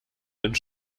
ins